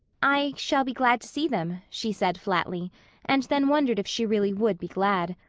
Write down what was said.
i shall be glad to see them, she said flatly and then wondered if she really would be glad.